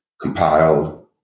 compiled